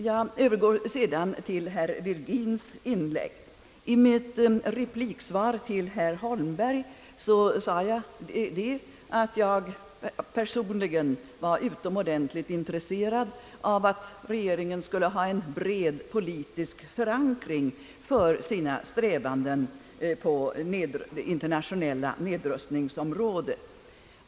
Jag övergår därefter till herr Virgins inlägg. I mitt repliksvar till herr Holmberg sade jag, att jag personligen var utomordentligt intresserad av att regeringen skulle ha en bred politisk förankring för sina strävanden på det internationella nedrustningsområdet.